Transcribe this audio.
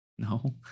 no